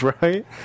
Right